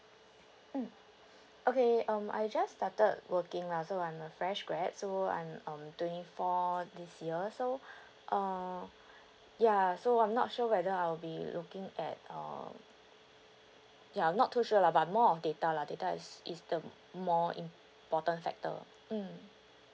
mm okay um I just started working lah so I'm a fresh graduate so I'm um twenty four this year so uh ya so I'm not sure whether I'll be looking at um ya I'm not too sure lah but uh more of data lah data is is the more important factor mm